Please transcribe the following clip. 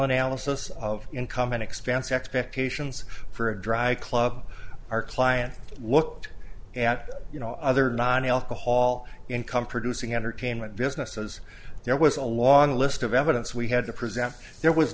analysis of income and expense expectations for a dry club our clients looked at other non alcohol income producing entertainment businesses there was a long list of evidence we had to present there was